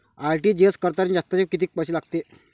RTGS करतांनी जास्तचे कितीक पैसे लागते?